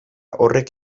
horrek